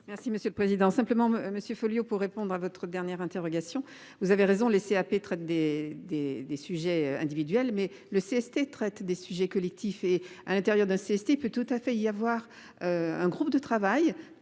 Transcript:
Merci Monsieur le Président, simplement monsieur Folliot pour répondre à votre dernière interrogation. Vous avez raison, laisser happer traite des des des sujets individuel mais le CST traite des sujets collectifs et à l'intérieur d'insister peut tout à fait y avoir. Un groupe de travail